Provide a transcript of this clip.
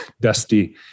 dusty